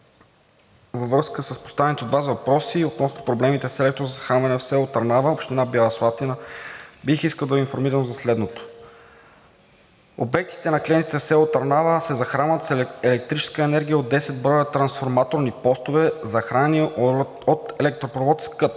във връзка с поставените от Вас въпроси относно проблемите с електрозахранването в село Търнава, община Бяла Слатина, бих искал да Ви информирам за следното: обектите на клиентите в село Търнава се захранват с електрическа енергия от 10 броя трансформаторни постове, захранени от електропровод „Скът“,